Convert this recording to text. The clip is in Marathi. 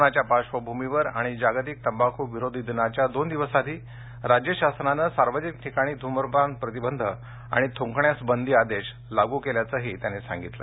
कोरोनाच्या पार्श्वभूमीवर आणि जागतिक तंबाखू विरोधी दिनाच्या दोन दिवस आधी राज्य शासनाने सार्वजनिक ठिकाणी ध्र्मपान प्रतिबंध आणि थ्रंकण्यास बंदी आदेश लागू केल्याचेही त्यांनी सांगितले